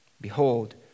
Behold